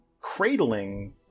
cradling